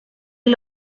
est